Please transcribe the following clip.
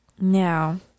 now